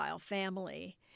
family